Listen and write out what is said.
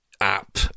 app